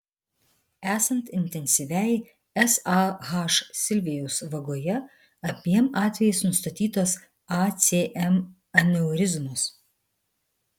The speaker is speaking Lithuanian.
esant intensyviai sah silvijaus vagoje abiem atvejais nustatytos acm aneurizmos